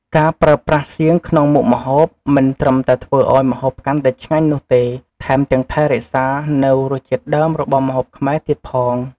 ការប្រើប្រាស់សៀងក្នុងមុខម្ហូប មិនត្រឹមតែធ្វើឱ្យម្ហូបកាន់តែឆ្ងាញ់នោះទេ ថែមទាំងថែរក្សានូវរសជាតិដើមរបស់ម្ហូបខ្មែរទៀតផង។